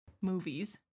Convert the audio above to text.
movies